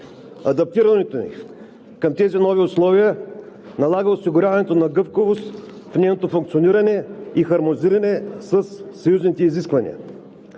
Адаптирането ни към тези нови условия налага осигуряването на гъвкавост в нейното функциониране и хармонизиране със съюзните изисквания.